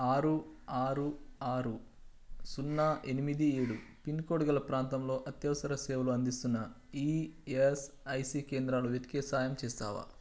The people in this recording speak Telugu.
ఆరు ఆరు ఆరు సున్నా ఎనిమిది ఏడు పిన్కోడ్ గల ప్రాంతంలో అత్యవసర సేవలు అందిస్తున్న ఈఎస్ఐసి కేంద్రాలు వెతికే సాయం చేస్తావా